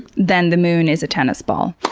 then the moon is a tennis ball.